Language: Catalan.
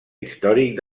històric